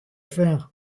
faire